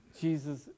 Jesus